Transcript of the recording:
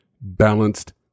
balanced